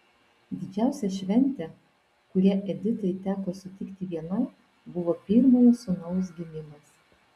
didžiausia šventė kurią editai teko sutikti vienai buvo pirmojo sūnaus gimimas